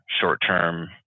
short-term